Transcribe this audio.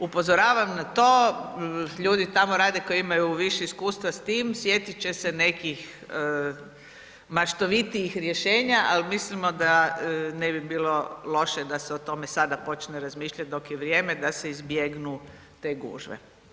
Upozoravam na to, ljudi tamo rade koji imaju više iskustva s tim, sjetit će se nekih maštovitijih rješenja, ali mislimo da ne bi bilo loše da se o tome sada počne razmišljati dok je vrijeme, da se izbjegnu te gužve.